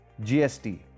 GST